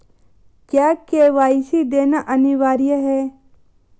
क्या के.वाई.सी देना अनिवार्य है?